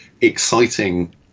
exciting